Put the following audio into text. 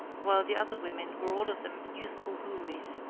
while the other women were all of them youthful houris,